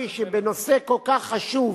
חבל לי שבנושא כל כך חשוב